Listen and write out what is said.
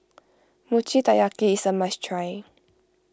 Mochi Taiyaki is a must try